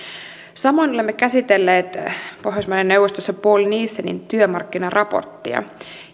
samoin olemme käsitelleet pohjoismaiden neuvostossa poul nielsonin työmarkkinaraporttia